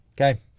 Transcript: Okay